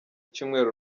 cyumweru